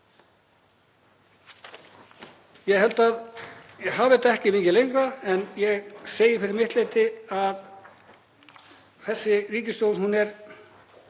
Ég held að ég hafi þetta ekki mikið lengra en ég segi fyrir mitt leyti að þessi ríkisstjórn fer